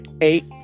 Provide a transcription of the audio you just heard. eight